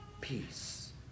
peace